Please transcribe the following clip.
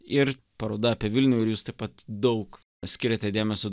ir paroda apie vilnių ir jūs taip pat daug skiriate dėmesio